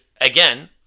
again